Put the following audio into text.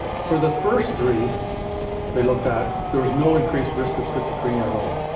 for the first three they looked at, there was no increased risk of schizophrenia at all.